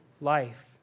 life